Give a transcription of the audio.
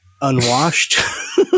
unwashed